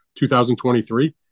2023